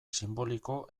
sinboliko